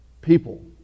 people